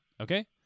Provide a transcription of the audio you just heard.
Okay